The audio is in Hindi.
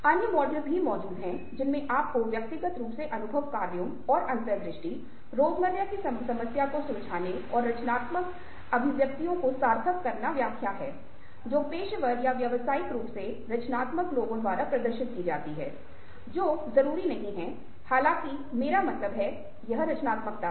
अन्य मॉडल मौजूद हैं जिनमें आपको व्यक्तिगत रूप से अनुभव कार्यों और अंतर्दृष्टि रोजमर्रा की समस्या को सुलझाने और रचनात्मक अभिव्यक्तियों की सार्थक व्याख्या है जो पेशेवर या व्यावसायिक रूप से रचनात्मक लोगों द्वारा प्रदर्शित की जाती हैं जो जरूरी नहीं है हालांकि कि मेरा मतलब यह है की रचनात्मकता है